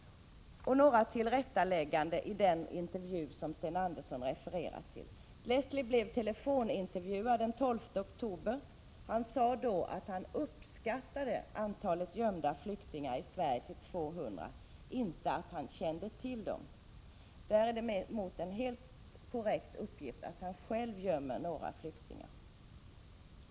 Så några tillrättalägganden i den intervju som Sten Andersson refererar till. Leslie blev telefonintervjuad den 12 oktober. Han sade då att han uppskattade antalet gömda flyktingar i Sverige till 200, inte att han kände till dem. Däremot är det en helt korrekt uppgift att han själv gömmer några flyktingar.